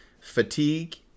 fatigue